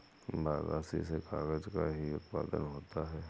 बगासी से कागज़ का भी उत्पादन होता है